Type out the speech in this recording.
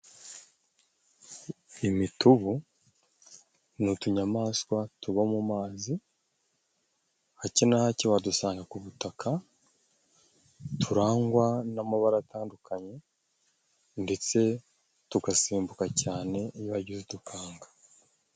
Imitubu ni utunyamaswa tuba mu mazi, hake na hake wadusanga ku butaka. Turangwa n'amabara atandukanye, ndetse tugasimbuka cyane, iyo hagize udukanga.